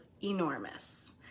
enormous